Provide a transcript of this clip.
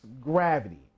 gravity